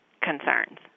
concerns